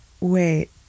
wait